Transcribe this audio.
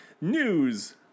news